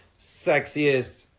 sexiest